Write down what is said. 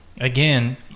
Again